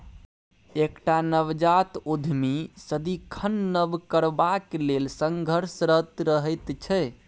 एकटा नवजात उद्यमी सदिखन नब करबाक लेल संघर्षरत रहैत छै